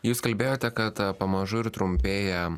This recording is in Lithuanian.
jūs kalbėjote kad pamažu ir trumpėja